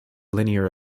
linear